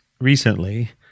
recently